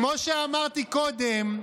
כמו שאמרתי קודם,